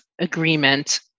agreement